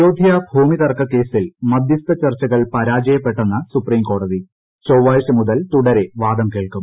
അയോധ്യ ഭൂമിതർക്ക കേസിൽ മധ്യസ്ഥ ചർച്ചകൾ പരാജയപ്പെട്ടെന്ന് സുപ്രീം കോടതി ചൊവ്വാഴ്ച മുതൽ തുടരെ വാദം കേൾക്കും